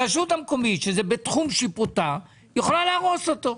הרשות המקומית שזה בתחום שיפוטה יכולה להרוס אותו?